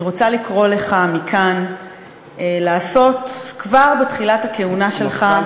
אני רוצה לקרוא לך מכאן לעשות כבר בתחילת הכהונה שלך,